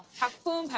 have fun